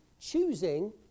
choosing